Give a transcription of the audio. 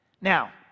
Now